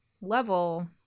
level